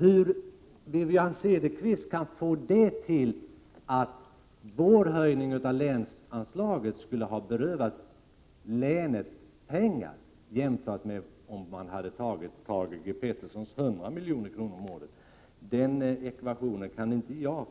Hur Wivi-Anne Cederqvist kan få det till att vår höjning av länsanslaget skulle ha berövat länet pengar jämfört med läget om man antagit Thage G Petersons förslag om 100 milj.kr. om året förstår jag inte. Den ekvationen kan inte jag